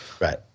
right